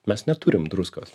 mes neturim druskos